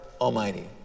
Almighty